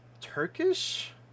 Turkish